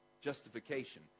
Justification